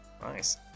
Nice